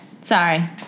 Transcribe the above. Sorry